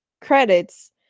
credits